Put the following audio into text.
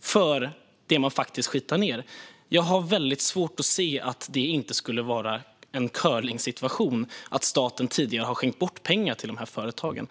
för det de skitar ned. Jag har väldigt svårt att se att det inte vore en curlingsituation om staten fortsätter att som tidigare skänka bort pengar till dessa företag.